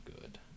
good